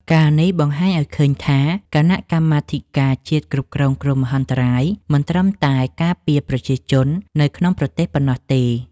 ការណ៍នេះបង្ហាញឱ្យឃើញថា គណៈកម្មាធិការជាតិគ្រប់គ្រងគ្រោះមហន្តរាយមិនត្រឹមតែការពារប្រជាជននៅក្នុងស្រុកប៉ុណ្ណោះទេ។